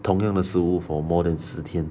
同样的食物 for more than 十天